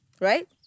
right